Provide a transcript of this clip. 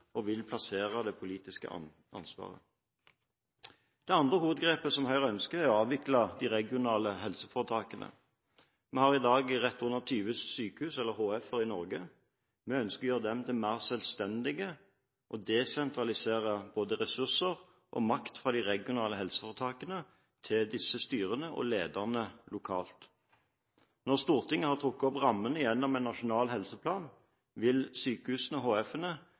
og det vil plassere det politiske ansvaret. Det andre hovedgrepet som Høyre ønsker, er å avvikle de regionale helseforetakene. Vi har i dag litt færre enn 20 sykehus, HF-er, i Norge. Vi ønsker å gjøre dem mer selvstendige og desentralisere både ressurser og makt fra de regionale helseforetakene til disse styrene og lederne lokalt. Når Stortinget har trukket opp rammene gjennom en nasjonal helseplan, vil sykehusene